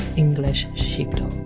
english sheepdog.